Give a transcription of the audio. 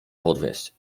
podwieźć